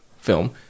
film